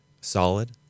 solid